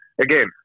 again